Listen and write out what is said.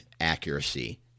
accuracy